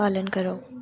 पालन करो